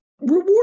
reward